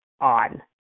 on